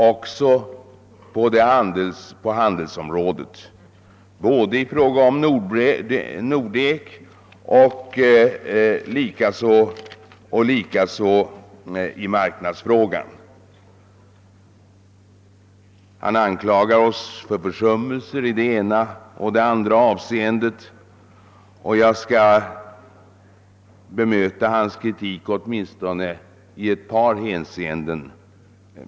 Detta missnöje gäller även handelsområdet i fråga om både Nordek och marknadsfrågan. Herr Holmberg anklagar oss för försummelse i det ena och det andra avseendet, och jag skall bemöta hans kritik i åtminstone ett par hänseenden.